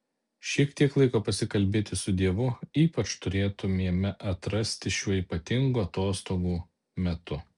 šiek tiek laiko pasikalbėti su dievu ypač turėtumėme atrasti šiuo ypatingu atostogų metu